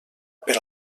per